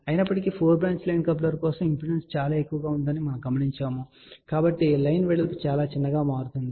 అయినప్పటికీ 4 branch line coupler కోసం impedance చాలా ఎక్కువగా ఉందని మనము గమనించాము కాబట్టి లైన్ వెడల్పు చాలా చిన్నదిగా మారుతుంది